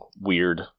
weird